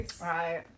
Right